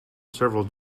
several